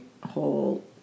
whole